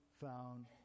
found